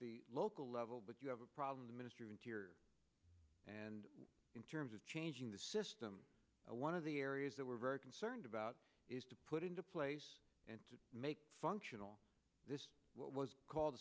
the local level but you have a problem the ministry of interior and in terms of changing the system one of the areas that we're very concerned about is to put into place and make functional what was called